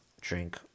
drink